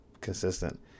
consistent